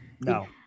No